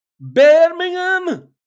Birmingham